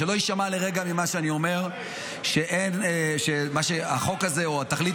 שלא יישמע לרגע ממה שאני אומר שהחוק הזה או התכלית